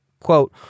Quote